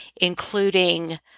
including